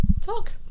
Talk